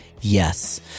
yes